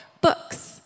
books